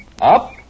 Up